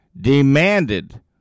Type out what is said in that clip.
demanded